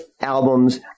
albums